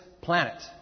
planet